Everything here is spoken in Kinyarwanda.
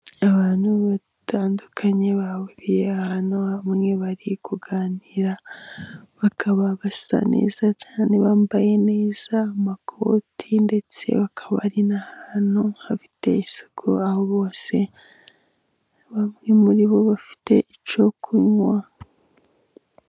Abantu batandukanye bahuriye ahantu hamwe bari kuganira, bakaba basa neza cyane bambaye neza amakoti, ndetse bakaba bari n'ahantu hafite isuku, aho bose bamwe muri bo bafite icyo kunywa.